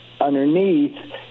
underneath